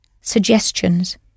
suggestions